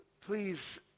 Please